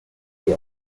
fear